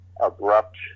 abrupt